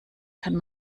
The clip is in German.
kann